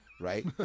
Right